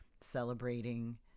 celebrating